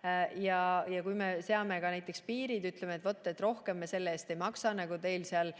Kui me seame näiteks piirid, ütleme, et rohkem me selle eest ei maksa, nagu teil seal